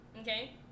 okay